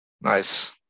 Nice